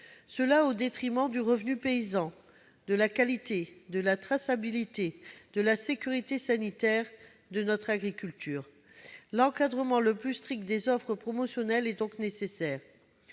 fait au détriment du revenu paysan, de la qualité, de la traçabilité, de la sécurité sanitaire de notre agriculture. L'encadrement le plus strict des offres promotionnelles est donc nécessaire.